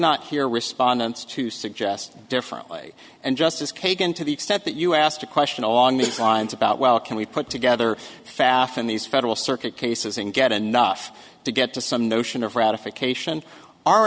not hear respondents to suggest differently and justice kagan to the extent that you asked a question along these lines about well can we put together pfaff in these federal circuit cases and get enough to get to some notion of ratification